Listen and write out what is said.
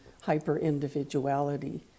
hyper-individuality